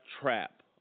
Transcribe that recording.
trap